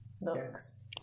Looks